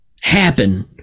happen